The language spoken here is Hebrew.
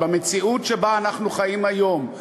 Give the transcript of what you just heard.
במציאות שבה אנחנו חיים היום,